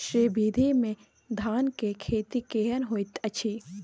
श्री विधी में धान के खेती केहन होयत अछि?